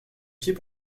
pieds